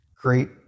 great